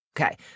Okay